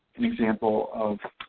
an example of